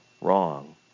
wrong